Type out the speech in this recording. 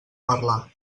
parlar